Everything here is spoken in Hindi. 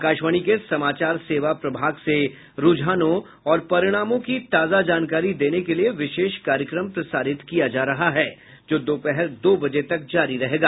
आकाशवाणी के समाचार सेवा प्रभाग से रूझानों और परिणामों की ताजा जानकारी देने के लिये विशेष कार्यक्रम प्रसारित किया जा रहा है जो दोपहर दो बजे तक जारी रहेगा